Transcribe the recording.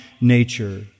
nature